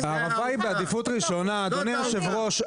הערבה היא בעדיפות ראשונה אדוני יושב הראש.